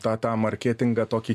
tą tą marketingą tokį